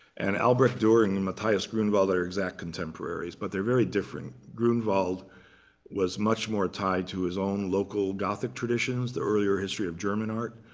and albrecht durer and matthias grunewald are exact contemporaries, but they're very different. grunewald was much more tied to his own local gothic traditions, the earlier history of german art.